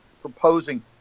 proposing